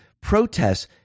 protests